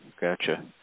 Gotcha